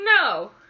No